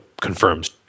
confirms